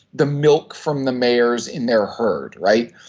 the milk from the mares in their herd right?